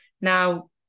now